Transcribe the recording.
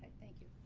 thank you.